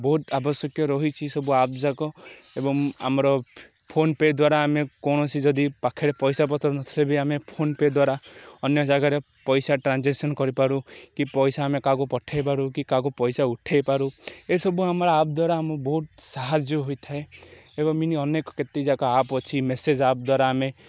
ବହୁତ ଆବଶ୍ୟକୀୟ ରହିଛି ସବୁ ଆପ୍ଯାକ ଏବଂ ଆମର ଫୋନ୍ ପେ' ଦ୍ୱାରା ଆମେ କୌଣସି ଯଦି ପାଖରେ ପଇସାପତ୍ର ନ ଥିଲେ ବି ଆମେ ଫୋନ୍ ପେ' ଦ୍ୱାରା ଅନ୍ୟ ଜାଗାରେ ପଇସା ଟ୍ରାଞ୍ଜାକ୍ସନ୍ କରିପାରୁ କି ପଇସା ଆମେ କାହାକୁ ପଠେଇ ପାରୁ କି କାହାକୁ ପଇସା ଉଠେଇପାରୁ ଏସବୁ ଆମର ଆପ୍ ଦ୍ୱାରା ଆମ ବହୁତ ସାହାଯ୍ୟ ହୋଇଥାଏ ଏବଂ ଅନେକ କେତେ ଯାକ ଆପ୍ ଅଛି ମେସେଜ୍ ଆପ୍ ଦ୍ୱାରା ଆମେ